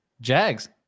Jags